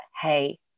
hey